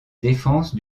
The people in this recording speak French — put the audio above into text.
défense